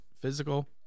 physical